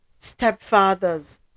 Stepfathers